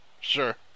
sure